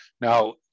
Now